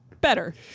better